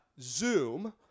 Zoom